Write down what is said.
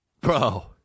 bro